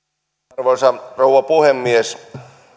arvoisa rouva puhemies